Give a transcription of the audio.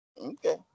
Okay